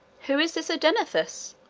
who is this odenathus,